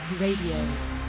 Radio